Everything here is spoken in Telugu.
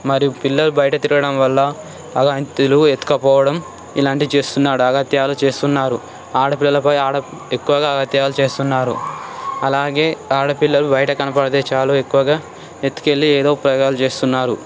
మరియు పిల్లలు బయట తిరగడం వల్ల ఆగంతకులు ఎత్తుకుపోవడం ఇలాంటివి చేస్తున్నాడు అగత్యాలు చేస్తున్నారు ఆడపిల్లలపై ఆడప్ ఎక్కువగా అఘాయిత్యాలు చేస్తున్నారు అలాగే ఆడపిల్లలు బయట కనబడితే చాలు ఎక్కువగా ఎత్తుకెళ్ళి ఏదో ఒక ప్రయోగాలు చేస్తున్నారు